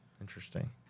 Interesting